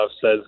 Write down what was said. says